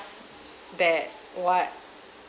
that what